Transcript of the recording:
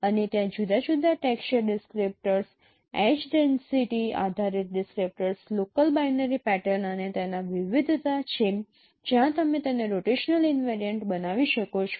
અને ત્યાં જુદા જુદા texture descriptors edge density texture descriptors edge density આધારિત ડિસ્ક્રિપ્ટર્સ લોકલ બાઈનરી પેટર્ન અને તેના વિવિધતા છે જ્યાં તમે તેને રોટેશનલ ઈનવેરિયન્ટ બનાવી શકો છો